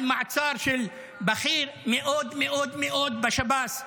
על מעצר של בכיר מאוד מאוד מאוד בשב"ס.